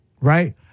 Right